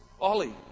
ollie